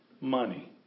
money